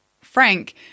frank